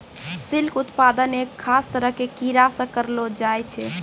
silk उत्पादन एक खास तरह के कीड़ा सॅ करलो जाय छै